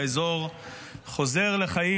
והאזור חוזר לחיים,